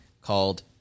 called